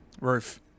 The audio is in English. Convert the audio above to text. Roof